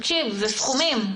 תקשיב, זה סכומים גבוהים.